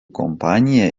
kompanija